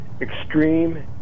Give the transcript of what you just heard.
extreme